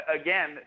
again